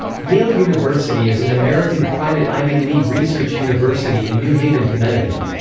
yale university is an american private ivy league research university in new haven, connecticut.